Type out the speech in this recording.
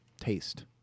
taste